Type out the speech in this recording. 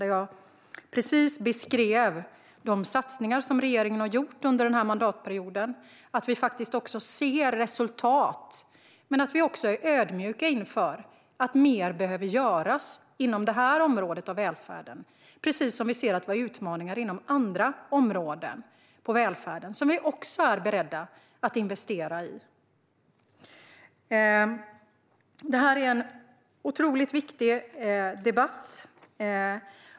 Där beskrev jag precis de satsningar som regeringen har gjort under mandatperioden och att vi faktiskt ser resultat. Men vi är också ödmjuka inför att mer behöver göras inom det här området av välfärden, precis som vi ser att vi har utmaningar inom andra välfärdsområden som vi också är beredda att investera i. Detta är en otroligt viktig debatt.